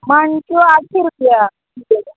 माणक्यो आटशी रुपया